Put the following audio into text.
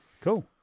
Cool